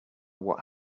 what